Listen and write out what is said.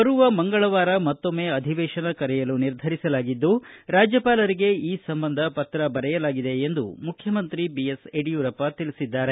ಬರುವ ಮಂಗಳವಾರ ಮತ್ತೊಮ್ನೆ ಅಧಿವೇಶನ ಕರೆಯಲು ನಿರ್ಧರಿಸಲಾಗಿದ್ದು ರಾಜ್ಯಪಾಲರಿಗೆ ಈ ಸಂಬಂಧ ಪತ್ರ ಬರೆಯಲಾಗಿದೆ ಎಂದು ಮುಖ್ಯಮಂತ್ರಿ ಬಿಎಸ್ ಯಡಿಯೂರಪ್ಪ ತಿಳಿಸಿದ್ದಾರೆ